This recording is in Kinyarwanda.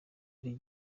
buri